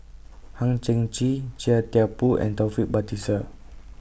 Hang Chang Chieh Chia Thye Poh and Taufik Batisah